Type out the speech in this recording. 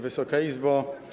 Wysoka Izbo!